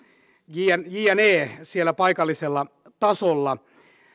ja niin edelleen siellä paikallisella tasolla